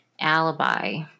alibi